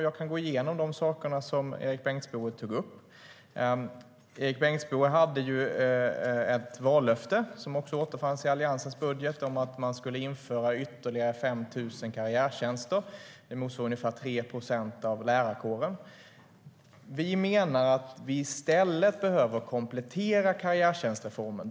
Jag kan gå igenom de saker som Erik Bengtzboe tog upp. Erik Bengtzboe hade ett vallöfte som också återfanns i Alliansens budget om att man skulle införa ytterligare 5 000 karriärtjänster. Det motsvarar ungefär 3 procent av lärarkåren. Vi menar att vi i stället behöver komplettera karriärtjänstreformen.